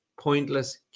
pointless